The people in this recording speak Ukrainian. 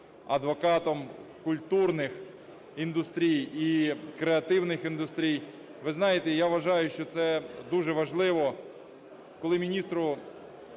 адвокатом культурних індустрій і креативних індустрій. Ви знаєте, я вважаю, що це дуже важливо, коли міністру